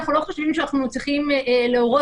אנחנו לא חושבים שאנחנו צריכים להורות